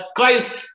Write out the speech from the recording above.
Christ